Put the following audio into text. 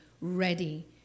ready